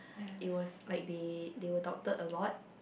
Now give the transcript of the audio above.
it was like the they will doctored a lot